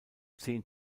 zehn